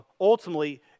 ultimately